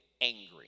angry